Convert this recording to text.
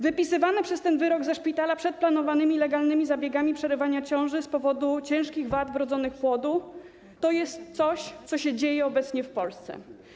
Wypisywanie przez ten wyrok ze szpitala osób przed planowanymi legalnymi zabiegami przerywania ciąży z powodu ciężkich wad wrodzonych płodu to jest coś, co się dzieje obecnie w Polsce.